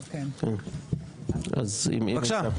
בבקשה.